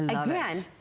like again,